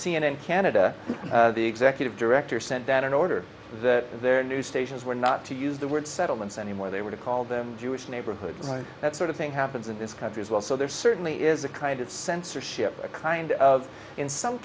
n canada the executive director sent down in order that their news stations were not to use the word settlements anymore they were to call them jewish neighborhoods that sort of thing happens in this country as well so there certainly is a kind of censorship a kind of in some